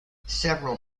several